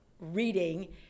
reading